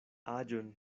aĝon